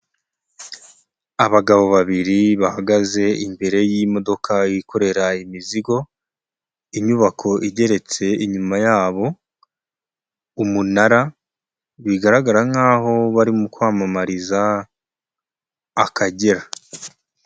Abagabo babiri bahagaze imbere y'imodoka yikorera imizigo, inyubako igeretse inyuma yabo, umunara, bigaragara nkaho barimo kwamamariza Akagera.